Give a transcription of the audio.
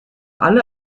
alle